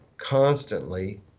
constantly